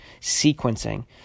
sequencing